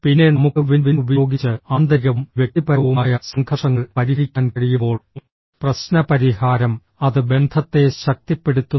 പിന്നെ നമുക്ക് win win ഉപയോഗിച്ച് ആന്തരികവും വ്യക്തിപരവുമായ സംഘർഷങ്ങൾ പരിഹരിക്കാൻ കഴിയുമ്പോൾ പ്രശ്നപരിഹാരം അത് ബന്ധത്തെ ശക്തിപ്പെടുത്തുന്നു